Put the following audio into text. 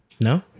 no